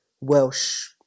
Welsh